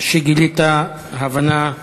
שגילית הבנה.